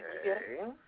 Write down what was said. Okay